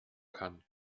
kann